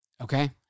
okay